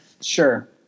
Sure